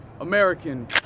American